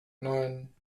neun